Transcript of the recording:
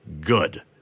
good